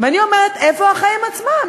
ואני אומרת: איפה החיים עצמם?